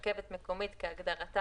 חברת סיטיפס זה הרכבת הקלה בירושלים,